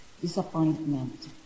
disappointment